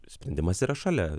sprendimas yra šalia